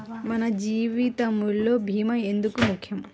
మన జీవితములో భీమా ఎందుకు ముఖ్యం?